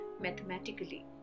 mathematically